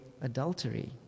adultery